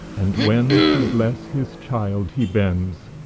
and when to bless his child he bends,